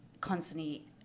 constantly